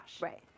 Right